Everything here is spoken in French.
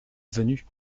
venu